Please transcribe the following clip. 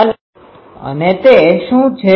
અને તે શું છે